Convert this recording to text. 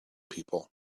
people